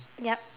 yup